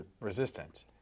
resistance